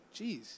Jeez